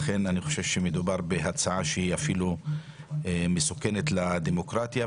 אני חושב שמדובר בהצעה שהיא אפילו מסוכנת לדמוקרטיה,